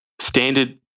standard